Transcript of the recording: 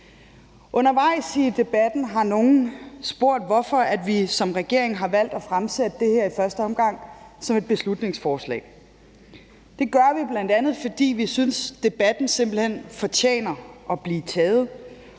Undervejs i debatten har nogle spurgt, hvorfor vi som regering har valgt i første omgang at fremsætte det her som et beslutningsforslag. Det gør vi bl.a., fordi vi synes, debatten simpelt hen fortjener at blive taget,